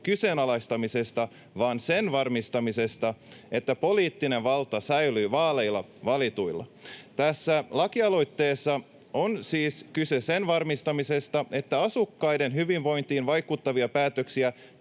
kyseenalaistamisesta vaan sen varmistamisesta, että poliittinen valta säilyy vaaleilla valituilla. Tässä lakialoitteessa on siis kyse sen varmistamisesta, että asukkaiden hyvinvointiin vaikuttavia päätöksiä